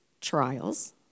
trials